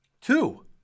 Two